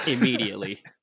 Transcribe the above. Immediately